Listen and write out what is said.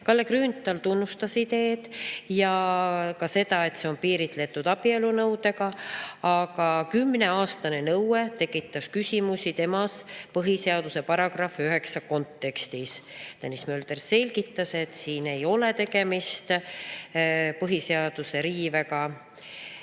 Kalle Grünthal tunnustas ideed ja ka seda, et see on piiritletud abielunõudega. Aga kümneaastane nõue tekitas temas küsimusi põhiseaduse § 9 kontekstis. Tõnis Mölder selgitas, et siin ei ole tegemist põhiseaduse riivega